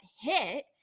hit